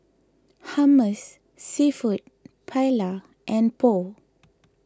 Hummus Seafood Paella and Pho